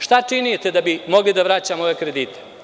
Šta činite da bi mogli da vraćamo ove kredite?